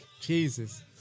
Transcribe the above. Jesus